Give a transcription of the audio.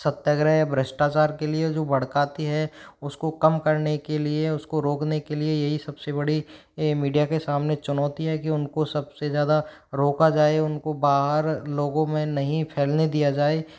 सत्याग्रह भ्रष्टाचार के लिए जो भड़काती है उसको कम करने के लिए उसको रोकने के लिए यही सब से बड़ी ये मीडिया के सामने चुनौति है कि उनका सब से ज़्यादा रोका जाए उनको बाहर लोगों में नहीं फैलने दिया जाए